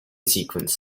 sequence